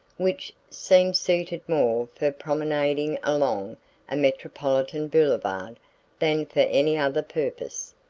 which seemed suited more for promenading along a metropolitan boulevard than for any other purpose.